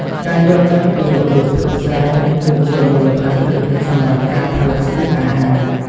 ការយល់ដឹងពីរបៀបធ្វើស្រែ គឺជាមូលដ្ឋានគ្រឹះសម្រាប់ការផលិតស្បៀងអាហារ។